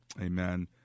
Amen